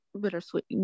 bittersweet